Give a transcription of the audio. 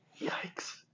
Yikes